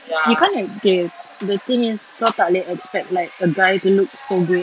you can't ex~ K the thing is kau tak boleh expect like a guy to look so great